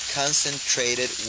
concentrated